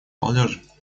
молодежи